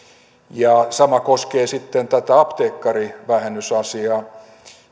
tulee sama koskee sitten tätä apteekkarivähennysasiaa